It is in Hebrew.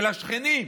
של השכנים.